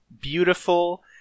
beautiful